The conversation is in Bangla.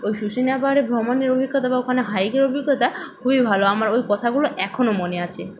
ওই শুশুনিয়া পাহাড়ে ভ্রমণের অভিজ্ঞতা বা ওখানে হাইকের অভিজ্ঞতা খুবই ভালো আমার ওই কথাগুলো এখনো মনে আছে